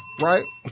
right